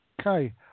Okay